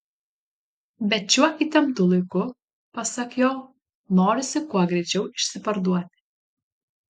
bet šiuo įtemptu laiku pasak jo norisi kuo greičiau išsiparduoti